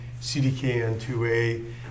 CDKN2A